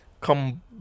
come